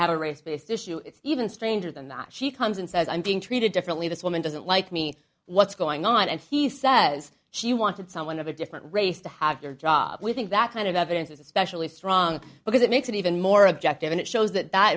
have a race based issue even stranger than that she comes and says i'm being treated differently this woman doesn't like me what's going on and he says she wanted someone of a different race to have their job we think that kind of evidence is especially strong because it makes it even more objective and it shows that that